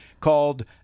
called